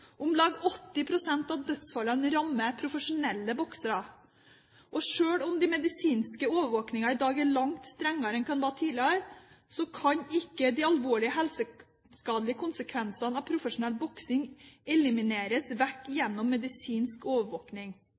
Om lag 80 pst. av dødsfallene rammet profesjonelle boksere. Sjøl om den medisinske overvåkningen i dag er langt strengere enn tidligere, kan de alvorlige, helseskadelige konsekvensene av profesjonell boksing ikke elimineres gjennom medisinsk